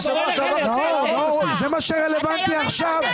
נאור, זה מה שרלוונטי עכשיו?